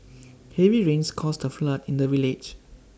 heavy rains caused A flood in the village